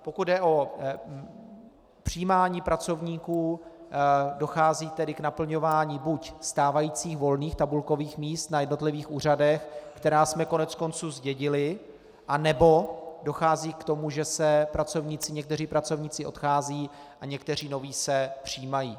Pokud jde o přijímání pracovníků, dochází tedy k naplňování buď stávajících volných tabulkových míst na jednotlivých úřadech, která jsme koneckonců zdědili, anebo dochází k tomu, že někteří pracovníci odcházejí a někteří noví se přijímají.